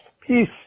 Peace